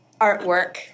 artwork